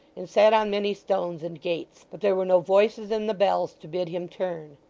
and sat on many stones and gates, but there were no voices in the bells to bid him turn.